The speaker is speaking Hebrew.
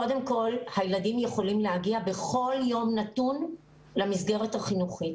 קודם כל הילדים יכולים להגיע בכל יום נתון למסגרת החינוכית.